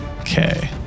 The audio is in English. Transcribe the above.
Okay